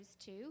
two